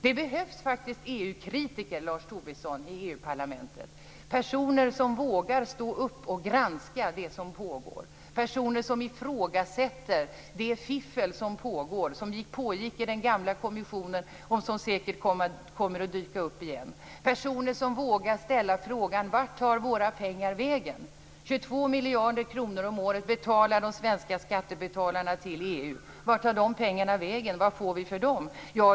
Det behövs faktiskt EU-kritiker i EU-parlamentet, Lars Tobisson, personer som vågar stå upp och granska det som pågår, personer som ifrågasätter det fiffel som pågår, det som pågick i den gamla kommissionen och som säkert kommer att dyka upp igen, personer som vågar ställa frågan: Vart tar våra pengar vägen? Det är 22 miljarder kronor om året som de svenska skattebetalarna betalar till EU. Vart tar de pengarna vägen? Vad får vi för dem?